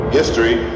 history